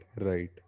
right